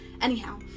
anyhow